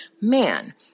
man